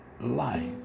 life